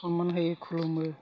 सनमान होयो खुलुमो